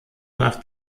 nach